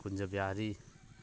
ꯀꯨꯟꯖꯕꯤꯍꯥꯔꯤ